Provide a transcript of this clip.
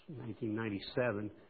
1997